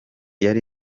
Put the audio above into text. yari